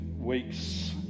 weeks